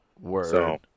Word